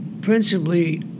Principally